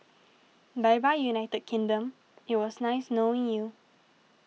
bye bye United Kingdom it was nice knowing you